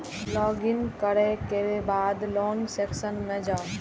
log in करै के बाद लोन सेक्शन मे जाउ